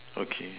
okay